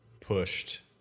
pushed